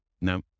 No